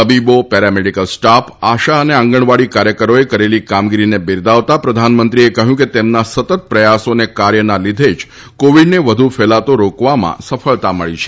તબીબો paramedical staff ASHA અને આંગણવાડી કાર્યકરોએ કરેલી કામગીરીને બીરદાવવા પ્રધાનમંત્રીએ કહ્યું કે તેમના સતત પ્રથાસો અને કાર્યના લીધે જ કોવિડને વધુ ફેલાતો રોકવામાં સફળતા મળી છે